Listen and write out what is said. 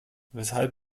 weshalb